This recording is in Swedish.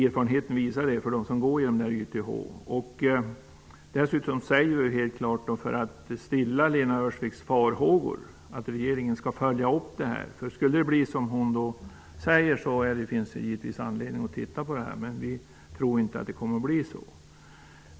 Erfarenheten visar det. Dessutom säger vi helt klart, för att stilla Lena Öhrsviks farhågor, att regeringen skall följa upp detta. Skulle det bli som hon säger finns det givetvis anledning att se över detta. Men vi tror inte att det kommer att bli så.